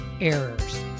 errors